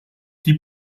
die